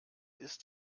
ist